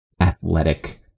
athletic